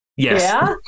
Yes